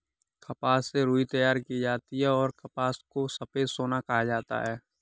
कपास से रुई तैयार की जाती हैंऔर कपास को सफेद सोना कहा जाता हैं